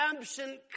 absent